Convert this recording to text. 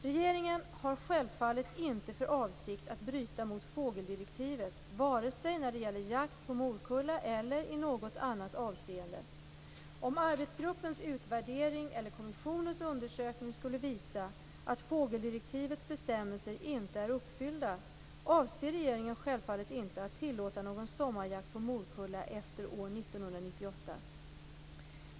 Regeringen har självfallet inte för avsikt att bryta mot fågeldirektivet vare sig när det gäller jakt på morkulla eller i något annat avseende. Om arbetsgruppens utvärdering eller kommissionens undersökning skulle visa att fågeldirektivets bestämmelser inte är uppfyllda avser regeringen självfallet inte att tillåta någon sommarjakt på morkulla efter år 1998.